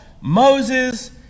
moses